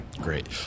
Great